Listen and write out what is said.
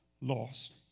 lost